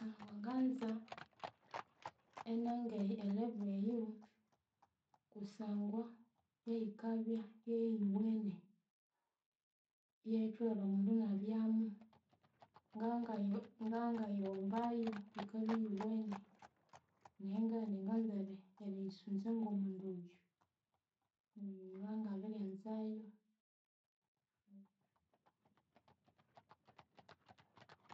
wanganza enangeyu e level eyu kusangwa yeyikabya yeyiwene. Yeyitholere omundu inabyamu ngangayi ngangayiwombayu yikabya iyuwene nayi ngabugha indi nganza eri- eriyisunza ngomundu oyu ngangabiryanzayu